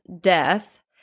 death